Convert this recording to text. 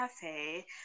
cafe